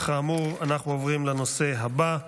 כאמור, אנחנו עוברים לנושא הבא,